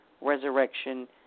resurrection